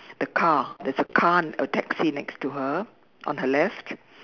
the car there's a car a taxi next to her on her left